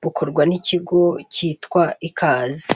bukorwa n'ikigo cyitwa Ikaze.